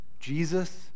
Jesus